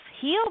heal